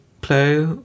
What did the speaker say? play